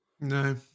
No